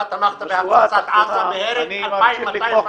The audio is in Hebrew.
אתה תמכת בהפצצת עזה והרג 2,200 פלסטינים.